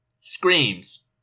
Screams